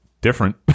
different